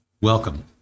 Welcome